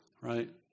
right